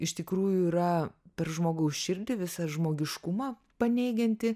iš tikrųjų yra per žmogaus širdį visą žmogiškumą paneigianti